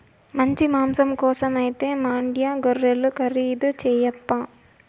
మంచి మాంసం కోసమైతే మాండ్యా గొర్రెలు ఖరీదు చేయప్పా